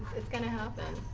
it's going to happen.